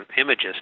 images